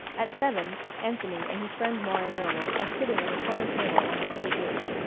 at seven anthony and his friend maury noble are sitting at a corner table on the cool roof.